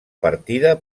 partida